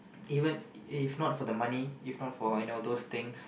even if not for the money if not for those things